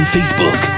Facebook